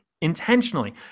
intentionally